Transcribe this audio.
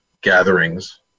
gatherings